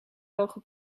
hoge